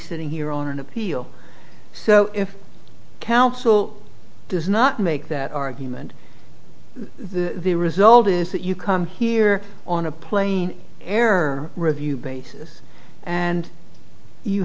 sitting here on an appeal so if counsel does not make that argument the result is that you come here on a plane air review basis and you